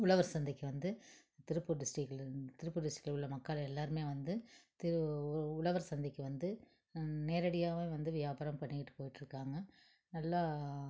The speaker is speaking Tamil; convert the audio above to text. உழவர் சந்தைக்கு வந்து திருப்பூர் டிஸ்ட்டிக்ட்லேயிருந்து திருப்பூர் டிஸ்ட்டிக்ட்ல உள்ள மக்கள் எல்லாருமே வந்து திரு உ உழவர் சந்தைக்கு வந்து நேரடியாகவே வந்து வியாபாரம் பண்ணிட்டு போயிகிட்ருக்காங்க நல்லா